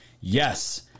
Yes